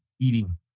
eating